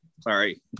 Sorry